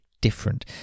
different